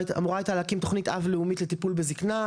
הייתה להקים תוכנית אב לאומית לטיפול בזקנה,